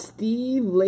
Steve